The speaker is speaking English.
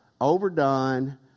overdone